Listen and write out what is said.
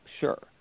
sure